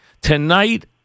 Tonight